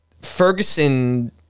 Ferguson